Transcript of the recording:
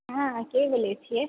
अहाँ के बोलै छियै